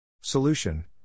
Solution –